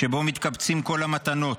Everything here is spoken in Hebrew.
שבו מתקבצים כל המתנות,